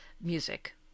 music